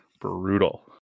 brutal